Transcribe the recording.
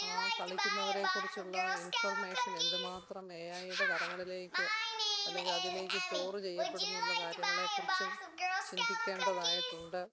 ആ കളിക്കുന്നവരെക്കുറിച്ചുള്ള ഇൻഫർമേഷൻ എന്തുമാത്രം എ ഐയ്യുടെ കരങ്ങളിലേക്ക് അല്ലെങ്കിലതിലേക്ക് സ്റ്റോർ ചെയ്യപ്പെടുമെന്നുള്ള കാര്യങ്ങളെക്കുറിച്ചും ചിന്തിക്കേണ്ടതായിട്ടുണ്ട്